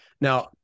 Now